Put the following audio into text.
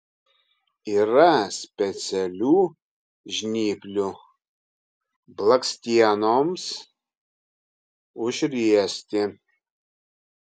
yra specialių žnyplių blakstienoms užriesti